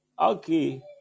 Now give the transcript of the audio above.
Okay